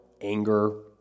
anger